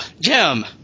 Jim